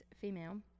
female